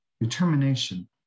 determination